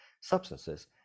substances